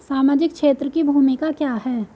सामाजिक क्षेत्र की भूमिका क्या है?